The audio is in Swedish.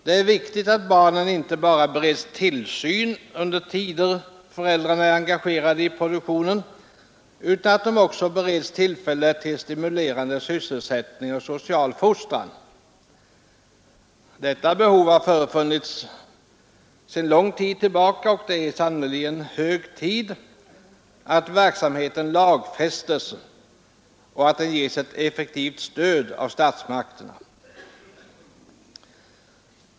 Det är viktigt att barnen inte bara bereds tillsyn under den tid föräldrarna är engagerade i produktionen, utan att de också bereds tillfälle till stimulerande sysselsättning och social fostran. Detta behov har funnits länge, och det är sannerligen hög tid att verksamheten lagfästs och ges ett effektivt stöd av statsmakterna.